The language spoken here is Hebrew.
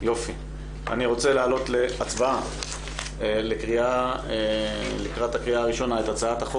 אני רוצה להעלות להצבעה לקראת הקריאה הראשונה את הצעת החוק